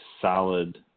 solid